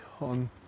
on